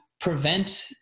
prevent